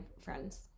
friends